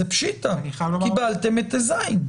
זה פשיטא, וקיבלתם את (ז).